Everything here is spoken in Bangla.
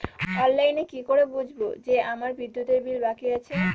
অনলাইনে কি করে বুঝবো যে আমার বিদ্যুতের বিল বাকি আছে?